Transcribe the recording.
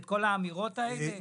את כל האמירות האלה?